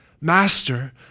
Master